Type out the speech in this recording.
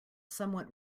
somewhat